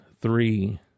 three